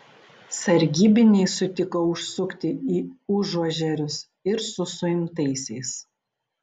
sargybiniai sutiko užsukti į užuožerius ir su suimtaisiais